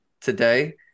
today